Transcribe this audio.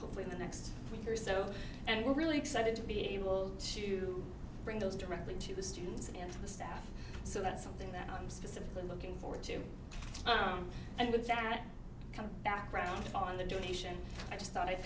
hopefully in the next week or so and we're really excited to be able to bring those directly to the students and to the staff so that's something that i'm specifically looking forward to and with that kind of background on the donation i just thought i'd